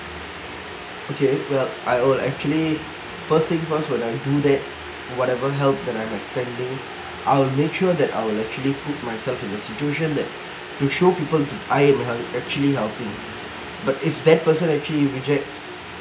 okay well I will actually first thing first when I do that whatever help that I got standing our nature that I will actually put myself in the situation that to show people I am hel~ actually helping but if that person actually rejects